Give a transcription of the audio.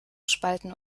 spalten